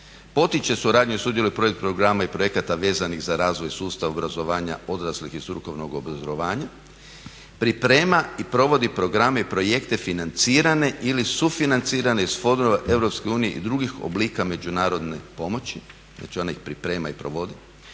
potiče suradnju i sudjeluje u projekt programu i projekata vezanih za razvoj sustava obrazovanja odraslih i strukovnog obrazovanja, priprema i provodi programe i projekte financirane ili sufinanciranje iz fondova EU i drugih oblika međunarodne pomoći, znači ona ih priprema i provodi,